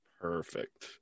Perfect